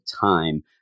time